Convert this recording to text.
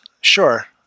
Sure